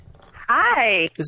Hi